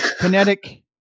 Kinetic